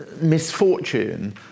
misfortune